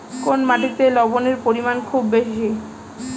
কোন মাটিতে লবণের পরিমাণ খুব বেশি?